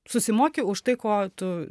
susimoki už tai ko tu